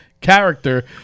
character